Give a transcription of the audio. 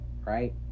right